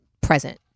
present